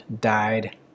died